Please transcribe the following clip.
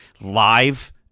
live